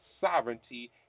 sovereignty